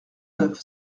neuf